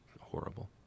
horrible